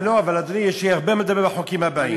אבל אדוני, יש לי הרבה מה לדבר בחוקים הבאים.